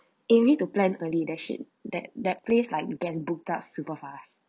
eh we need to plan early that's it that that place like it getting booked up super fast